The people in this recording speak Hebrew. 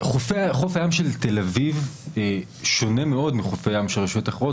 חוף הים של תל אביב שונה מאוד מחופי הים של רשויות אחרות,